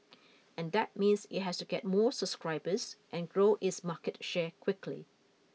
and that means it has to get more subscribers and grow its market share quickly